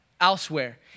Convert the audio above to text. elsewhere